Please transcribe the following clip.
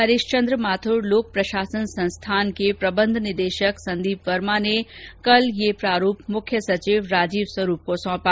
हरीश चन्द्र माथुर लोक प्रशासन संस्थान के प्रबंध निदेशक संदीप वर्मा ने कल ये ड्राफ्ट मुख्य सचिव राजीव स्वरूप को सौंपा